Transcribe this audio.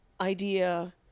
idea